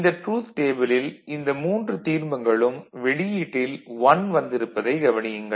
இந்த ட்ரூத் டேபிளில் இந்த மூன்று தீர்மங்களுக்கும் வெளியீட்டில் 1 வந்திருப்பதைக் கவனியுங்கள்